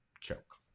choke